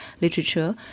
literature